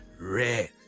Red